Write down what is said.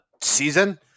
season